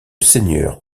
seigneur